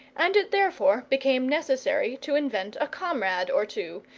and it therefore became necessary to invent a comrade or two,